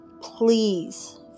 please